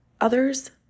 Others